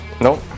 Nope